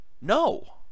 No